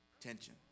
Tension